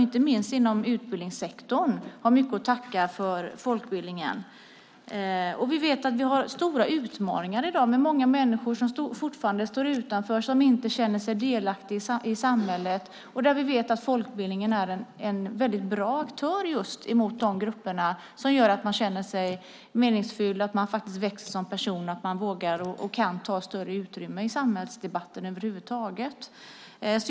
Inte minst inom utbildningssektorn har man mycket att tacka folkbildningen för. Vi vet att vi har stora utmaningar i dag. Det är många människor som fortfarande står utanför och som inte känner sig delaktiga i samhället. Vi vet att folkbildningen är en väldigt bra aktör just när det gäller de grupperna. Den kan göra att det känns meningsfullt. Folkbildning kan göra att man växer som person och att man vågar och kan ta större utrymme i samhällsdebatten över huvud taget.